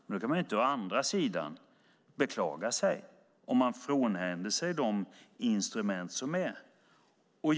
Men då kan man inte å andra sidan beklaga sig, om man frånhänder sig de instrument som finns.